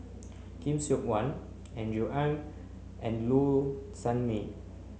Khoo Seok Wan Andrew Ang and Low Sanmay